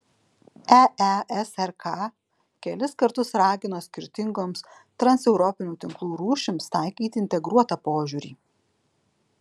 eesrk kelis kartus ragino skirtingoms transeuropinių tinklų rūšims taikyti integruotą požiūrį